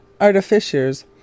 artificers